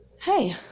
hey